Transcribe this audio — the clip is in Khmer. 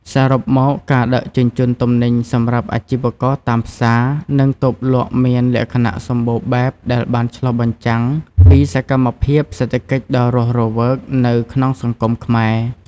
សរុបមក ការដឹកជញ្ជូនទំនិញសម្រាប់អាជីវករតាមផ្សារ និងតូបលក់មានលក្ខណៈសម្បូរបែបដែលបានឆ្លុះបញ្ចាំងពីសកម្មភាពសេដ្ឋកិច្ចដ៏រស់រវើកនៅក្នុងសង្គមខ្មែរ។